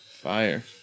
Fire